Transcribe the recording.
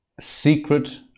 secret